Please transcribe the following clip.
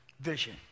Vision